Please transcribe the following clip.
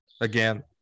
Again –